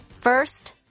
first